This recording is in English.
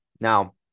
Now